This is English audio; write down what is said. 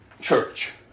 church